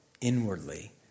inwardly